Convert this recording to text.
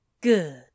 Good